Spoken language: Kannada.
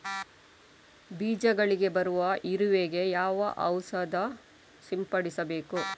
ಬೀಜಗಳಿಗೆ ಬರುವ ಇರುವೆ ಗೆ ಯಾವ ಔಷಧ ಸಿಂಪಡಿಸಬೇಕು?